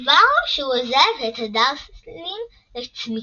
כבר כאשר הוא עוזב את הדרסלים לצמיתות.